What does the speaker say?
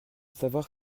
savoir